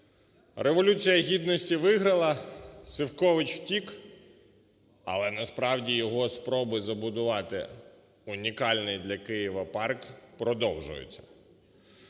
Революція Гідності виграла, Сівкович втік, але насправді його спроби забудувати унікальний для Києва парк продовжуються.